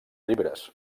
llibres